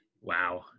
Wow